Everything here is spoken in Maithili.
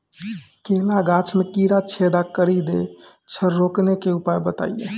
केला गाछ मे कीड़ा छेदा कड़ी दे छ रोकने के उपाय बताइए?